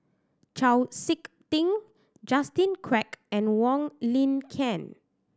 Chau Sik Ting Justin Quek and Wong Lin Ken